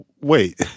wait